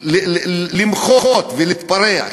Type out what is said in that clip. למחות ולהתפרע,